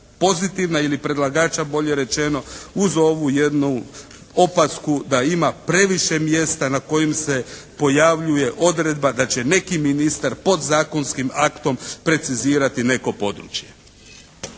pozitivna ili predlagača bolje rečeno uz ovu jednu opasku da ima previše mjesta na kojim se pojavljuje odredba da će neki ministar podzakonskim aktom precizirati neko područje.